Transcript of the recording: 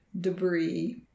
debris